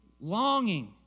longing